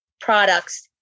products